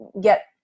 get